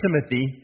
Timothy